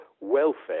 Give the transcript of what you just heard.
welfare